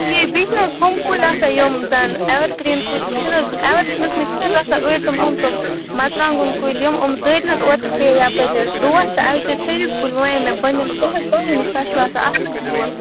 ٹھیٖک بیٚیہِ چھِ حظ ہُم کُلۍ آسان یِم ایٚوَر گریٖن کُلۍ چھِنہٕ حظ تِم ایٚوَر گیٖرنَس منٛز چھِنہٕ حظ آسان أڈۍ تٔم ہُم تِم مرژٕوانگن کُلۍ یِم یِم دٔدۍ نہٕ حظ اوٚتٕرٕ پے یَپٲرۍ یہِ ڈھوٹھ تہٕ اَسہِ دٔدۍ سٲری کُلۍ ؤنے مےٚ بہٕ نِم تۄہہِ تۄہہِ نِش تۄہہِ چھُو آسان آصٕل بیول